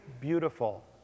beautiful